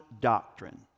doctrine